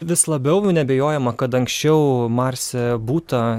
vis labiau neabejojama kad anksčiau marse būta